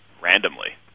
randomly